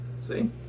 see